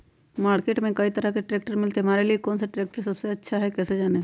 Market में कई तरह के ट्रैक्टर मिलते हैं हमारे लिए कौन सा ट्रैक्टर सबसे अच्छा है कैसे जाने?